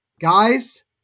Guys